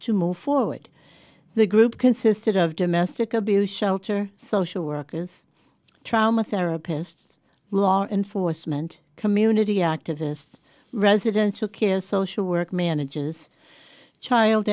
to move forward the group consisted of domestic abuse shelter social workers trauma therapists law enforcement community activist residential care social work manages child